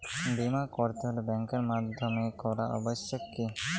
বিমা করাতে হলে ব্যাঙ্কের মাধ্যমে করা আবশ্যিক কি?